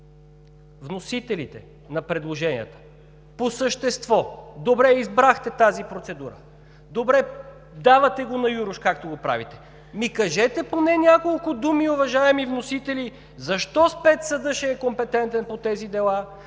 вносителите на предложенията. По същество: добре, избрахте тази процедура, добре, давате го на юруш, както го правите, но кажете поне няколко думи, уважаеми вносители, защо спецсъдът ще е компетентен по тези дела,